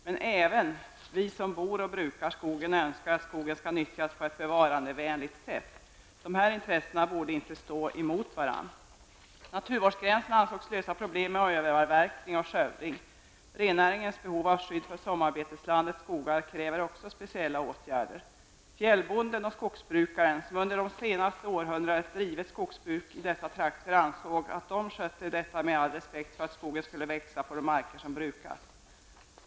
Men även vi som bor och brukar skogen önskar att skogen skall nyttjas på ett bevarandevänligt sätt. Dessa intressen borde inte stå emot varandra. Naturvårdsgränsen ansågs lösa problemen med överavverknig och skövling. Rennäringens behov av skydd för sommarbeteslandets skogar kräver också speciella åtgärder. Fjällbonden och skogsbrukaren, vilka under det senaste århundradet drivit skogsbruk i dessa trakter, ansåg att de skötte detta med all respekt för att skogen skulle växa på de marker som brukats.